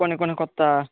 కొన్ని కొన్ని కొత్త